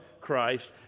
Christ